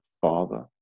father